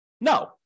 No